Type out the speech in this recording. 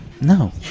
No